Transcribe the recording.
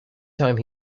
time